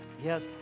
yes